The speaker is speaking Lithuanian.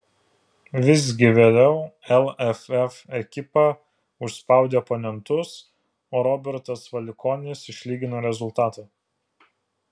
visgi vėliau lff ekipa užspaudė oponentus o robertas valikonis išlygino rezultatą